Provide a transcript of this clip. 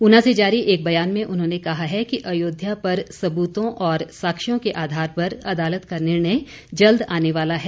ऊना से जारी एक बयान में उन्होंने कहा है कि अयोध्या पर सबूतों और साक्ष्यों के आधार पर अदालत का निर्णय जल्द आने वाला है